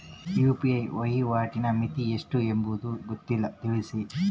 UPI ವಹಿವಾಟಿನ ಮಿತಿ ಎಷ್ಟು ಎಂಬುದು ಗೊತ್ತಿಲ್ಲ? ತಿಳಿಸಿ?